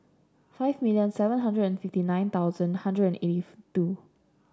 five million seven hundred and fifty nine thousand hundred and eighty two